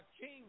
king